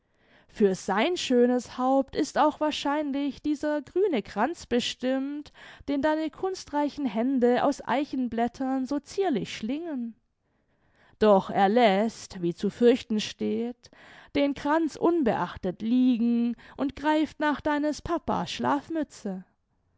für sein schönes haupt ist auch wahrscheinlich dieser grüne kranz bestimmt den deine kunstreichen hände aus eichenblättern so zierlich schlingen doch er läßt wie zu fürchten steht den kranz unbeachtet liegen und greift nach deines papa's schlafmütze